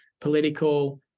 political